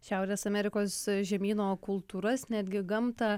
šiaurės amerikos žemyno kultūras netgi gamtą